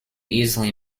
easily